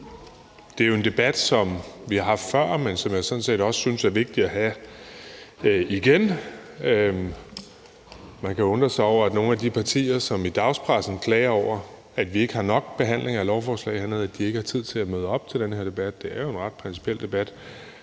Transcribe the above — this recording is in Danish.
Det er jo en debat, som vi har haft før, men som jeg sådan set også synes er vigtig at have igen. Man kan undre sig over, at nogle af de partier, som i dagspressen klager over, at vi ikke har nok behandlinger af lovforslag her, ikke har tid til at møde op til den her debat. Det er jo en ret principiel debat.